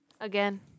again